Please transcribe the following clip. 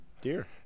dear